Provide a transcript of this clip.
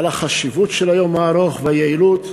על החשיבות של היום הארוך, ועל היעילות.